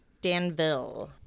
Danville